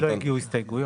לי לא הגיעו הסתייגויות.